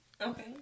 Okay